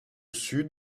sud